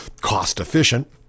cost-efficient